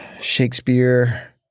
Shakespeare